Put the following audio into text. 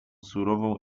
surową